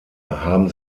haben